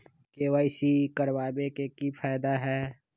KYC करवाबे के कि फायदा है?